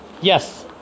Yes